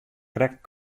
krekt